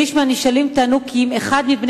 שליש מהנשאלים טענו כי אם אחד מבני